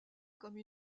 comme